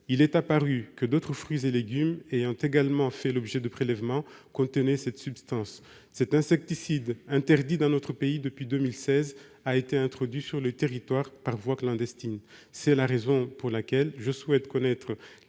Il est apparu que d'autres fruits et légumes, ayant également fait l'objet de prélèvements, contenaient cette substance insecticide, interdite dans notre pays depuis 2016 et introduite sur le territoire par voie clandestine. C'est la raison pour laquelle je souhaite connaître